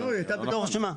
לא, שמה?